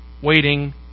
waiting